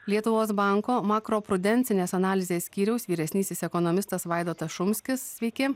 lietuvos banko makroprudencinės analizės skyriaus vyresnysis ekonomistas vaidotas šumskis sveiki